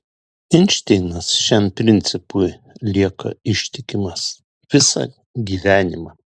einšteinas šiam principui lieka ištikimas visą gyvenimą